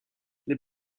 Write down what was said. les